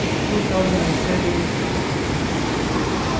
two thousand and seven two